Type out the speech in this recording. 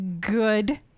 good